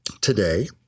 today